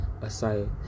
aside